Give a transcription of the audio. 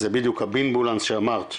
זה בדיוק ה'בימבולנס' שאמרת,